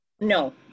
No